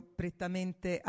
prettamente